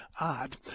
odd